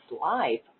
life